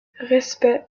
respect